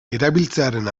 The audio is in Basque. erabiltzearen